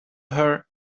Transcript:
her